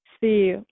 See